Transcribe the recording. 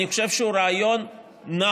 אני חושב שהוא רעיון נכון,